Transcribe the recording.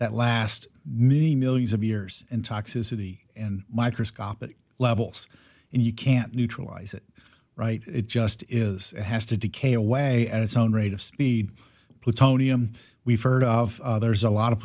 that last maybe millions of years in toxicity and microscopic levels and you can't neutralize it right it just is it has to decay away at its own rate of speed plutonium we've heard of there's a lot of